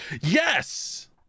Yes